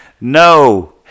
No